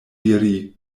diri